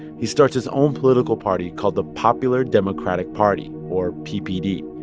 he starts his own political party called the popular democratic party, or ppd,